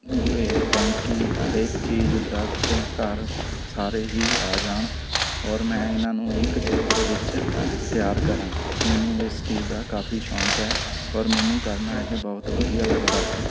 ਇਹ ਟੈਂਕੀ ਹਰੇਕ ਚੀਜ਼ ਦਰਖ਼ਤ ਘਰ ਸਾਰੇ ਹੀ ਆ ਜਾਣ ਔਰ ਮੈਂ ਇਹਨਾਂ ਨੂੰ ਇੱਕ ਚਿੱਤਰ ਵਿੱਚ ਤਿਆਰ ਕਰਾਂ ਮੈਨੂੰ ਇਸ ਚੀਜ਼ ਦਾ ਕਾਫ਼ੀ ਸ਼ੌਂਕ ਹੈ ਔਰ ਮੈਨੂੰ ਕਰਨਾ ਇਹ ਬਹੁਤ ਵਧੀਆ ਲੱਗਦਾ ਹੈ